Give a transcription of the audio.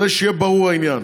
שיהיה ברור העניין.